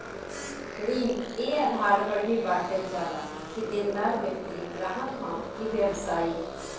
ऋण ए आधार पर भी बॉटल जाला कि देनदार व्यक्ति ग्राहक ह कि व्यवसायी